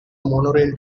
monorail